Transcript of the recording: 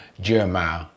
jeremiah